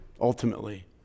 ultimately